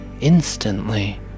instantly